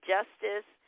Justice